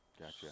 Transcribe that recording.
Gotcha